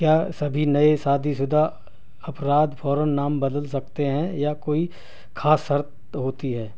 کیا سبھی نئے شادی شدہ ا افراد فوراً نام بدل سکتے ہیں یا کوئی خاص شرط ہوتی ہے